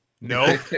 No